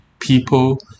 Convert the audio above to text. People